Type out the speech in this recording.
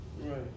Right